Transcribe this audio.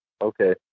okay